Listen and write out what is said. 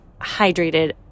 hydrated